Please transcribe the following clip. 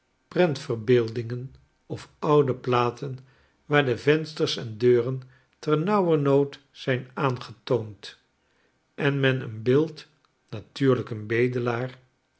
prentverbeeldingen of oude platen waar de vensters en deuren ternauwernood zijn aangetoond en men een beeld aatuurlijk een